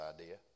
idea